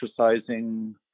exercising